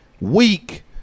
weak